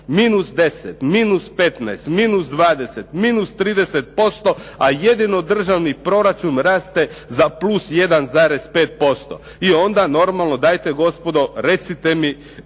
dole -10, -15, -20, -30% a jedino državni proračun raste za +1,5% i onda normalno dajte gospodo recite mi